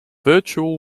virtual